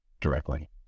directly